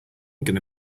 gonna